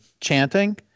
chanting